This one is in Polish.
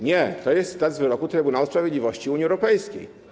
Nie, to jest tekst wyroku Trybunału Sprawiedliwości Unii Europejskiej.